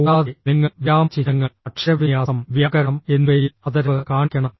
കൂടാതെ നിങ്ങൾ വിരാമചിഹ്നങ്ങൾ അക്ഷരവിന്യാസം വ്യാകരണം എന്നിവയിൽ ആദരവ് കാണിക്കണം